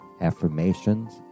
affirmations